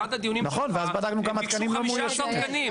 באחד הדיונים שלך הם ביקשו 15 תקנים.